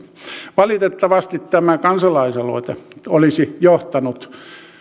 valitettavasti tämä kansalaisaloite olisi johtanut